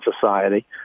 society